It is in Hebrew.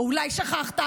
או אולי שכחת,